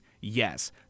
Yes